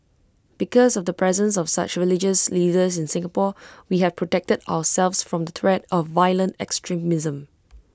because of the presence of such religious leaders in Singapore we have protected ourselves from the threat of violent extremism